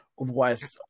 Otherwise